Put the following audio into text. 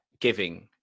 giving